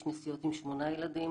יש נסיעות עם שמונה ילדים,